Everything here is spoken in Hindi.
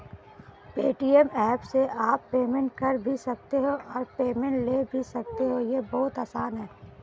पेटीएम ऐप से आप पेमेंट कर भी सकते हो और पेमेंट ले भी सकते हो, ये बहुत आसान है